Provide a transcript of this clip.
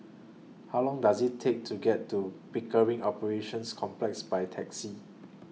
How Long Does IT Take to get to Pickering Operations Complex By Taxi